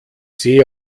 sehe